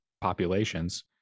populations